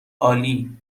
عالی